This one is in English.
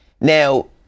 Now